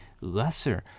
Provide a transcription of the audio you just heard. lesser